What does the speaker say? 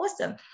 awesome